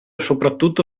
soprattutto